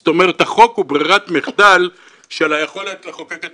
זאת אומרת החוק הוא ברירת מחדל של היכולת לחוקק את